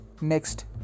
next